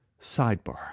Sidebar